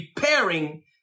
repairing